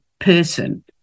person